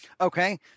Okay